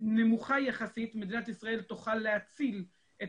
נמוכה יחסית מדינת ישראל תוכל להציל את